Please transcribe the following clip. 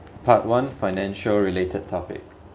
part one financial related topic